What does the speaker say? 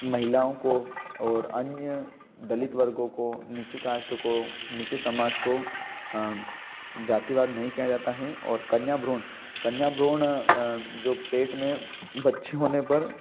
महिलाओं को और अन्य दलित वर्गो को नीची कास्ट को नीचे समाज को जातिवाद नहीं किया जाता हें और कन्या भ्रूण कन्या भ्रूण जो पेट में बच्चे होने पर